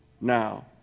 Now